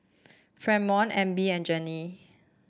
Fremont Abie and Gennie